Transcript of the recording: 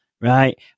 Right